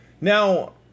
now